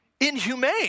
inhumane